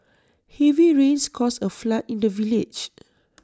heavy rains caused A flood in the village